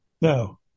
no